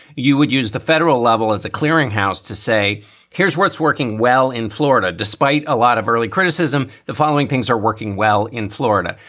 you would use the federal level as a clearinghouse to say here's where it's working. well, in florida, despite a lot of early criticism. the following things are working well in florida.